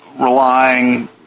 relying